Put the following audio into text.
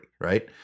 right